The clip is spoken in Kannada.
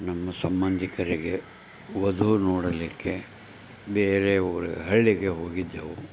ನಮ್ಮ ಸಂಬಂಧಿಕರಿಗೆ ವಧು ನೋಡಲಿಕ್ಕೆ ಬೇರೆ ಊರ ಹಳ್ಳಿಗೆ ಹೋಗಿದ್ದೆವು